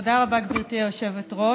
תודה רבה, גברתי היושבת-ראש.